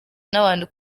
n’abantu